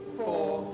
four